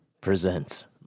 presents